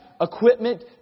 equipment